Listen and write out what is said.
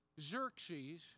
Xerxes